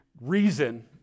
reason